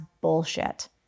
bullshit